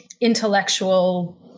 intellectual